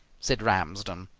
said ramsden.